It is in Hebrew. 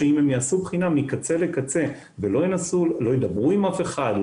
שאם הם יעשו בחינה מקצה לקצה ולא ידברו עם אף אחד,